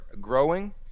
growing